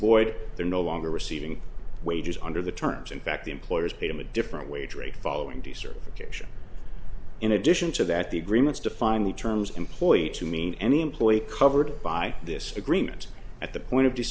void they're no longer receiving wages under the terms in fact the employers pay them a different wage rate following decertification in addition to that the agreements define the terms employed to mean any employee covered by this agreement at the point of